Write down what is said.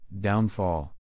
Downfall